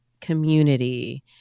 community